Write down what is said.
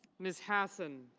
ms. hassan.